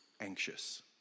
anxious